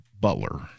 Butler